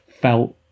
felt